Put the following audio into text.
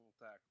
attack